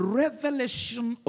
revelation